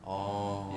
orh